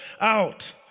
out